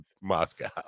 moscow